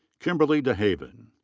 kimberly dehaven.